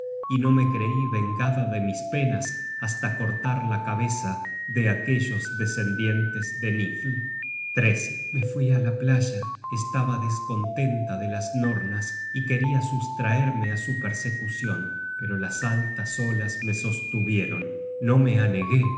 y no me creí vengada de mis penas hasta cortar la cabeza de aquellos descendientes de nifl me fui á la playa estaba descontenta i al combate content from google book search generated at de las nornas y queria sustraerme a su persecucion pero las altas olas me sostuvieron no me anegué